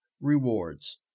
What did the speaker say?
rewards